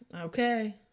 okay